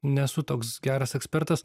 nesu toks geras ekspertas